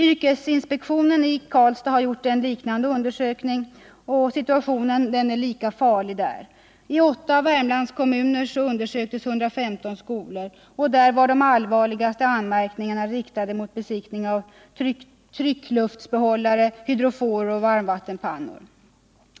Yrkesinspektionen i Karlstad har gjort en liknande undersökning, som visar att situationen där är lika farlig. I åtta Värmlandskommuner undersöktes 115 skolor. Här riktades de allvarligaste anmärkningarna mot besiktningen av tryckluftsbehållare, hydroforer och varmvattenpannor.